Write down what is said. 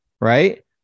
right